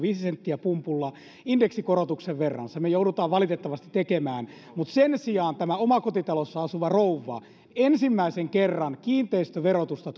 viisi senttiä pumpulla indeksikorotuksen verran sen me joudumme valitettavasti tekemään sen sijaan omakotitalossa asuvan rouvan osalta ensimmäisen kerran kiinteistöverotusta